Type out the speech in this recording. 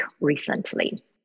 recently